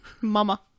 Mama